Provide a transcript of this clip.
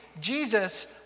Jesus